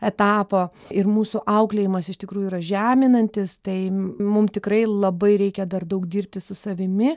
etapo ir mūsų auklėjimas iš tikrųjų yra žeminantis tai mum tikrai labai reikia dar daug dirbti su savimi